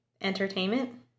entertainment